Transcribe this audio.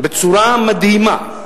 בצורה מדהימה.